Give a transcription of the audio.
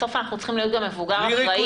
בסוף אנחנו צריכים להיות המבוגר האחראי.